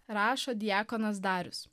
rašo diakonas darius